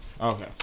Okay